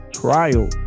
trial